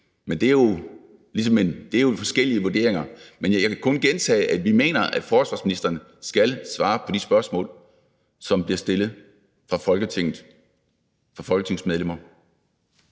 Men det er jo forskellige vurderinger, og jeg kan kun gentage, at vi mener, at forsvarsministeren skal svare på de spørgsmål, som bliver stillet fra folketingsmedlemmer.